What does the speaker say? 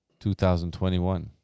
2021